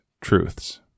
truths